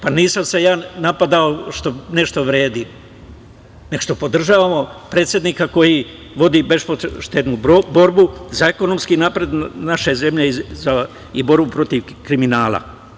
Pa nisam se ja napadao što nešto vredim, nego što podržavamo predsednika koji vodi bespoštednu borbu za ekonomski napredak naše zemlje i borbu protiv kriminala.